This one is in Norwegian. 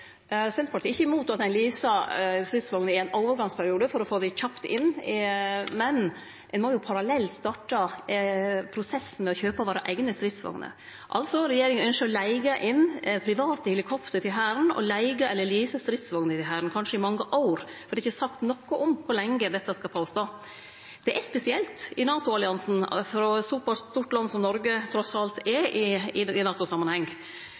Senterpartiet er ikkje mot at ein leasar stridsvogner i ein overgangsperiode for å få dei kjapt inn, men ein må parallelt starte prosessen med å kjøpe eigne stridsvogner. Altså: Regjeringa ønskjer å leige inn private helikopter til Hæren og leige/lease stridsvogner til Hæren – kanskje i mange år, for det er ikkje sagt noko om kor lenge dette skal stå på. Dette er spesielt i NATO-alliansen, frå eit såpass stort land som Noreg trass alt er i NATO-samanheng. Når regjeringa òg i